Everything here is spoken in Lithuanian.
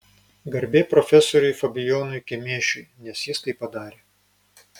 garbė profesoriui fabijonui kemėšiui nes jis tai padarė